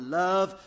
love